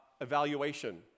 evaluation